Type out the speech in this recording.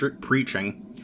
preaching